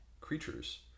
creatures